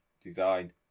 design